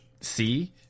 see